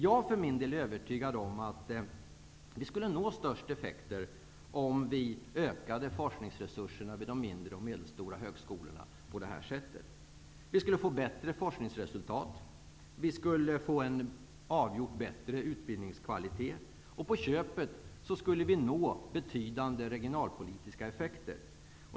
Jag är övertygad om att vi skulle nå störst effekt om vi ökade forskningsresurserna vid de mindre och medelstora högskolorna på detta sätt. Vi skulle få bättre forskningsresultat, och vi skulle få en avgjort högre utbildningskvalitet. På köpet skulle vi nå betydande regionalpolitiska effekter.